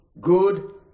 good